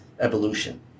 evolution